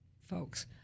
folks